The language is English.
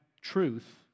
truth